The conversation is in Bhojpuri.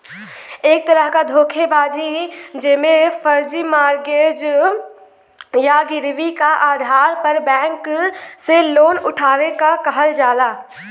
एक तरह क धोखेबाजी जेमे फर्जी मॉर्गेज या गिरवी क आधार पर बैंक से लोन उठावे क कहल जाला